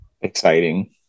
exciting